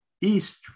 East